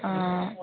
অঁ